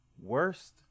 worst